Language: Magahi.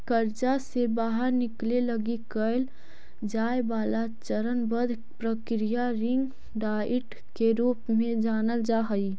कर्जा से बाहर निकले लगी कैल जाए वाला चरणबद्ध प्रक्रिया रिंग डाइट के रूप में जानल जा हई